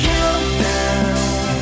Countdown